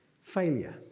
failure